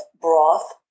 broth